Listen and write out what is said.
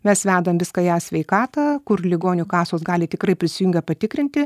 mes vedam viską į esveikatą kur ligonių kasos gali tikrai prisijungę patikrinti